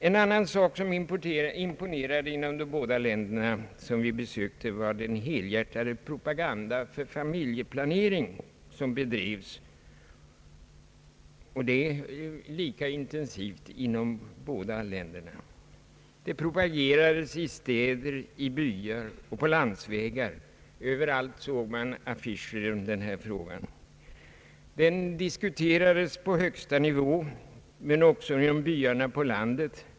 En annan sak som imponerade i de båda länder som vi besökte var den helhjärtade propagandan för familjeplanering. Sådan propaganda bedrivs lika intensivt inom båda länderna. Det propagerades i städer och byar och utmed landsvägar. Överallt såg man affischer som berörde denna fråga. Den diskuterades på högsta nivå men också i byarna på landet.